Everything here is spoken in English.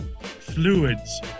fluids